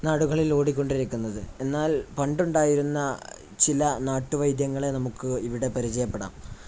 നാടുകളിൽ ഓടിക്കൊണ്ടിരിക്കുന്നത് എന്നാൽ പണ്ടുണ്ടായിരുന്ന ചില നാട്ടുവൈദ്യങ്ങളെ നമുക്കിവിടെ പരിചയപ്പെടാം